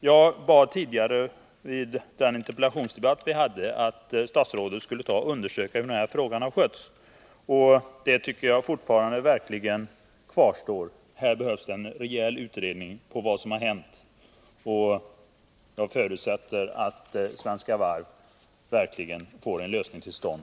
Jag bad i den tidigare interpellationsdebatt som vi hade att statsrådet skulle undersöka hur denna fråga har skötts, och det önskemålet kvarstår fortfarande. Här behövs det en rejäl utredning av vad som har hänt. Jag förutsätter att Svenska Varv snabbt får en lösning till stånd.